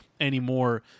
anymore